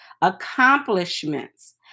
accomplishments